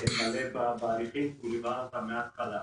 רב בהליכים כי הוא ליווה אותם מההתחלה.